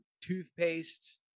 toothpaste